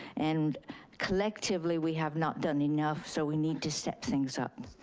and collectively we have not done enough, so we need to step things up.